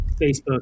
Facebook